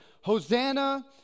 Hosanna